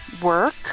Work